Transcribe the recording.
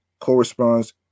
corresponds